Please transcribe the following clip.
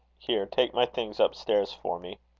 here, take my things up stairs for me.